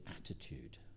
attitude